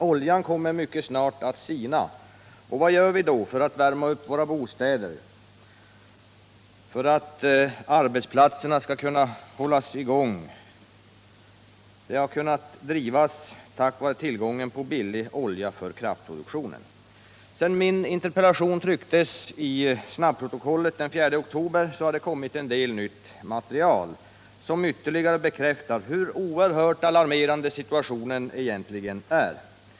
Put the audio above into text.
Oljan kommer mycket snart att sina, och vad gör vi då för att värma upp bostäder och arbetsplatser och hålla i gång de många industrier som har kunnat drivas tack vare tillgången på billig olja för kraftproduktionen? Sedan min interpellation trycktes i snabbprotokollet den 4 oktober har det kommit en del nytt material som ytterligare bekräftar hur oerhört alarmerande situationen är.